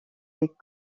des